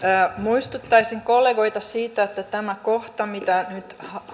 muistuttaisin kollegoita siitä että tämä kohta mitä nyt